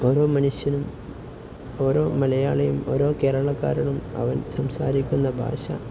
ഓരോ മനുഷ്യനും ഓരോ മലയാളിയും ഓരോ കേരളക്കാരനും അവൻ സംസാരിക്കുന്ന ഭാഷ